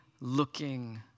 looking